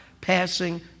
passing